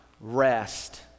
rest